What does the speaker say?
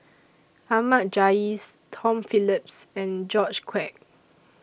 Ahmad Jais Tom Phillips and George Quek